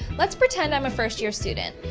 let's pretend i'm a first-year student.